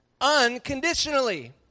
unconditionally